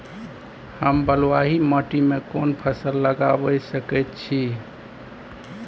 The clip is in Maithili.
हम बलुआही माटी में कोन फसल लगाबै सकेत छी?